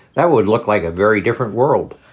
that would look like a very different world.